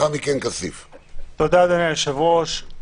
תודה, אדוני היושב-ראש.